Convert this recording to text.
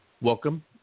welcome